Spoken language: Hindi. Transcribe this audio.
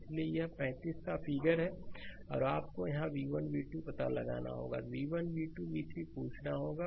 इसलिए यह 35 का फिगर है आपको यहाँ v1 अपने v2 का पता लगाना होगा v1 v2 v3 पूछना होगा